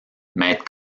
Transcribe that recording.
mètres